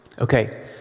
Okay